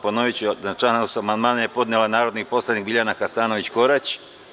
Ponoviću - Na član 8. amandman je podnela narodni poslanik Biljana Hasanović Korać.